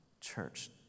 Church